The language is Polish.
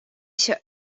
się